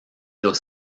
los